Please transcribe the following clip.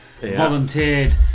volunteered